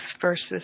versus